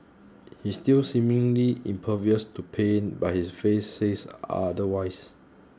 he's still seemingly impervious to pain but his face says otherwise